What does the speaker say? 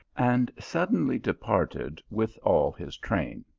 and suddenly departed with all his train.